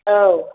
औ